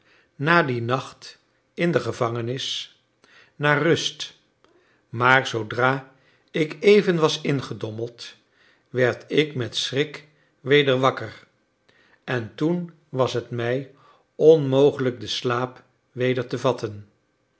na dien nacht in de gevangenis naar rust maar zoodra ik even was ingedommeld werd ik met schrik weder wakker en toen was het mij onmogelijk den slaap weder te vatten